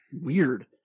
weird